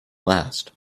last